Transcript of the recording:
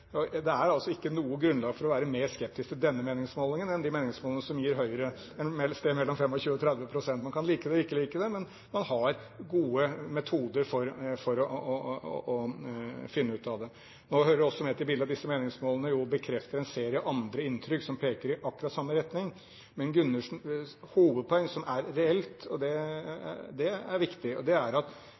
Det er altså ikke noe grunnlag for å være mer skeptisk til denne meningsmålingen enn til de meningsmålingene som gir Høyre en oppslutning på et sted mellom 25 og 30 pst. Man kan like det eller ikke like det, men man har gode metoder for å finne ut av det. Nå hører det også med til bildet at disse meningsmålingene bekrefter en serie andre inntrykk som peker i akkurat samme retning. Men Gundersens hovedpoeng, som er reelt – og det er viktig – er at det er